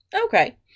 Okay